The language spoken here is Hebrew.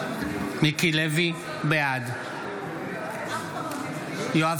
בעד יואב